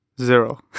zero